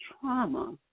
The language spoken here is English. trauma